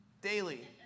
daily